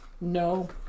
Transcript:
No